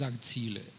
Ziele